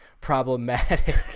problematic